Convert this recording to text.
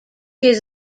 his